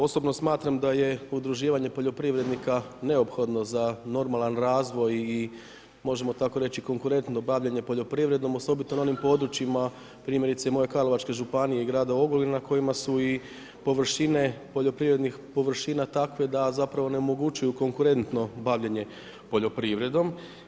Osobno smatram da je udruživanje poljoprivrednika, neophodno, za normalan razvoj i možemo tako reći konkretno bavljenje poljoprivredom, osobito na onim područjima, primjerice i moje Karlovačke županije i grada Ogulina, kojima su i površine poljoprivrednih, površine takve da zapravo onemogućuju konkretno bavljenje poljoprivredom.